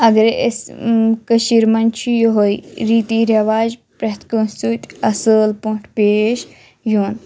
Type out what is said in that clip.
اگرے أسۍ کٔشیٖر منٛز چھِ یِہَے ریٖتی رٮ۪واج پرٛتھ کٲنٛسہِ سۭتۍ اَصٕل پٲٹھۍ پیش یُن